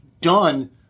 done